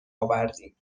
آوردیم